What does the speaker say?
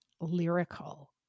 lyrical